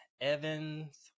Evans